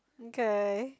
okay